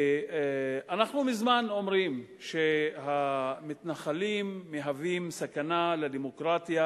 אנחנו מזמן אומרים שהמתנחלים הם סכנה לדמוקרטיה,